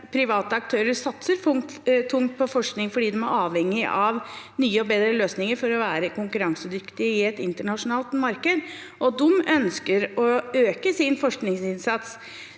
private aktører satser tungt på forskning fordi de er avhengige av nye og bedre løsninger for å være konkurransedyktige i et internasjonalt marked. De ønsker å øke sin forskningsinnsats.